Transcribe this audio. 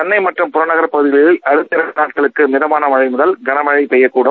சென்னை மற்றம் புறநகர் பகுதியில் அடுத்த இரு நாட்களுக்கு மிதமான மழை முதல் கனமழை பெய்யக்கூடும்